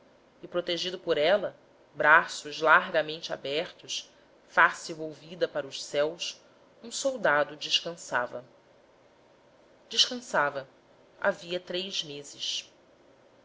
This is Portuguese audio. e protegido por ela braços largamente abertos face volvida para os céus um soldado descansava descansava havia três meses